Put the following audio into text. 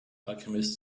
alchemist